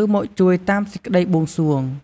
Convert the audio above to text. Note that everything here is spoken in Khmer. ឬមកជួយតាមសេចក្ដីបួងសួង។